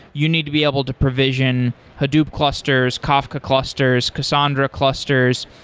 you need to be able to provision hadoop clusters, kafka clusters cassandra clusters.